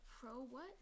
pro-what